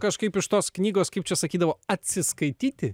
kažkaip iš tos knygos kaip čia sakydavo atsiskaityti